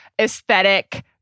aesthetic